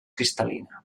cristal·lina